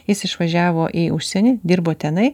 jis išvažiavo į užsienį dirbo tenai